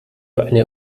eine